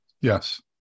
yes